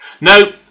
No